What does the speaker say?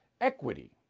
equity